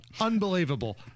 Unbelievable